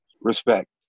respect